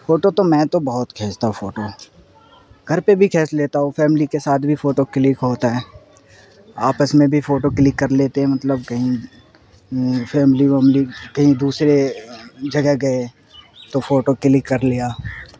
photo تو میں تو بہت کھینچتا ہوں فوٹو گھر پہ بھی کھینچ لیتا ہوں فیملی کے ساتھ بھی فوٹو کلک ہوتا ہے آپس میں بھی فوٹو کلک کر لیتے ہیں مطلب کہیں فیملی ویملی کہیں دوسرے جگہ گئے تو فوٹو کلک کر لیا